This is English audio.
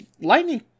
Lightning